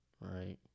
right